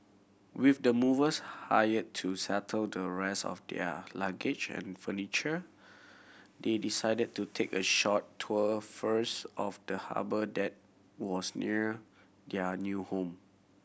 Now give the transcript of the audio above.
with the movers hired to settle the rest of their luggage and furniture they decided to take a short tour first of the harbour that was near their new home